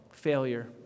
failure